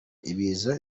ibiza